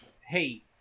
hey